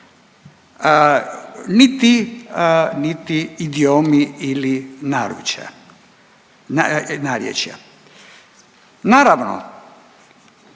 niti idiomi ili narječja. Naravno,